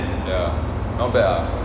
ya not bad ah